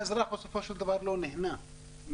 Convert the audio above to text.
האזרח בסופו של דבר לא נהנה מהחוק,